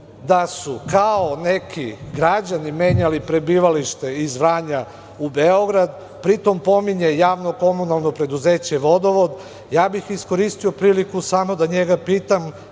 da su kao neki građani menjali prebivalište iz Vranja u Beograd, pritom pominje Javno komunalno preduzeće Vodovod, ja bih iskoristio priliku samo da njega pitam